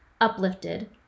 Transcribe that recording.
Uplifted